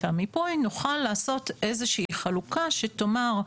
המיפוי נוכל לעשות איזושהי חלוקה שתאמר,